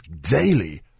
daily